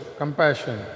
compassion